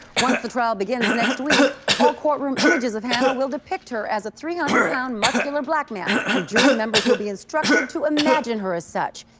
once the trial begins next week all courtroom images of hannah will depict her as a three hundred pound muscular black man and jury members will be instructed to imagine her as such.